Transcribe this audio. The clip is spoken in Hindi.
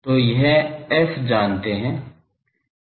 तो हम f जानते हैं